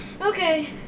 Okay